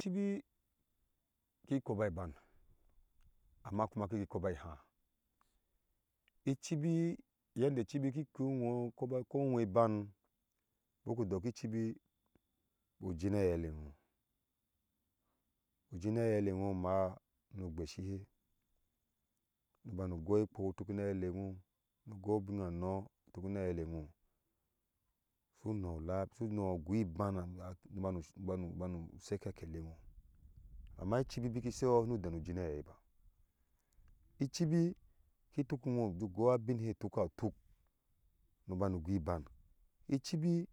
Ichibi ki koba ibang amma kuma ki koba ihara ichibi yadda ichibi ki kuiwho i koba kowa ibang biku dok ichibi ujina a eilewo bika jina a e eilewho uma nu gweshihe nu goi ekwou utuk na aeilewho goi ubin anɔɔ utuk na aeilewho su no lafina suno ugui bag nubanu nu banu sheka kalewho amma ichibi biki sheyo sinu dehnu gina aeilewho ba ichibi ki tuk iwho ju goa bin shetuka tuk nu baru gui bang ichiba